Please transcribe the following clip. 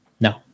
No